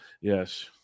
Yes